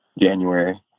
January